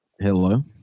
Hello